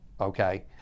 okay